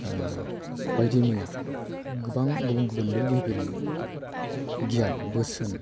बायदि मैया गोबां गुबुन गुबुन लिरगिरिफोरनि गियान बोसोन